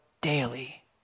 daily